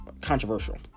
controversial